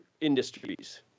industries